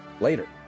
Later